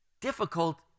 difficult